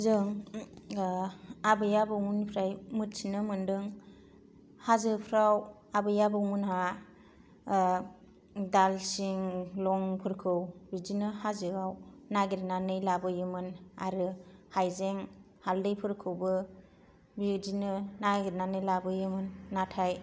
जों आबै आबौमोननिफ्राय मिथिनो मोन्दों हाजोफ्राव आबै आबौमोनहा दालसिं लंफोरखौ बिदिनो हाजोआव नागिरनानै लाबोयोमोन आरो हाइजें हादलैफोरखौबो बिदिनो नागिरनानै लाबोयोमोन नाथाय